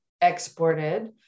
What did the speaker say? exported